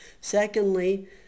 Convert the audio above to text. Secondly